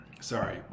Sorry